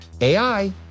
AI